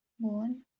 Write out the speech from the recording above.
Moon